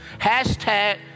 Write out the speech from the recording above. hashtag